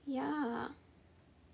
ya